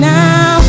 now